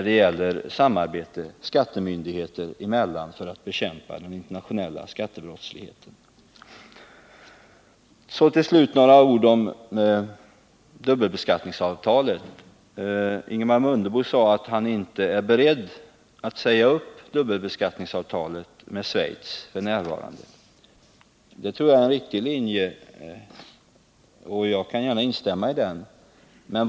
Det gäller samarbetet skattemyndigheter emellan för att bekämpa den internationella skattebrottsligheten. Sedan några ord om dubbelbeskattningsavtalet. Ingemar Mundebo sade att han f. n. inte är beredd att säga upp dubbelbeskattningsavtalet med Schweiz. Det tror jag är en riktig linje. Jag instämmer gärna i Ingemar Mundebos uttalande.